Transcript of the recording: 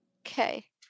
Okay